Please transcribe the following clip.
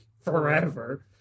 forever